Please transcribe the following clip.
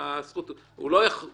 הוא לא יוכל